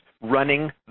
running